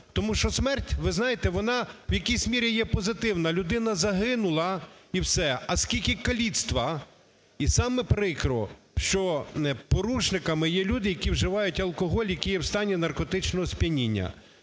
Тому що смерть, ви знаєте, вона в якійсь мірі є позитивна. Людина загинула – і все. А скільки каліцтва? І саме прикро, що порушниками є люди, які вживають алкоголь, які є в стані наркотичного сп'яніння.